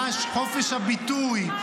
ממש חופש הביטוי.